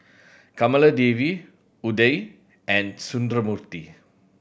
Kamaladevi Udai and Sundramoorthy